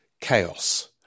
Chaos